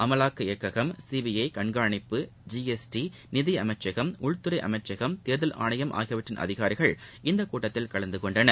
அமலாக்க இயக்ககம் சிபிஐ கண்காணிப்பு ஜிஎஸ்டி நிதியமைச்சகம் உள்துறைஅமைச்சகம் தேர்தல் ஆணையம் ஆகியவற்றின் அதிகாரிகள் இந்தகூட்டத்தில் கலந்துகொண்டனர்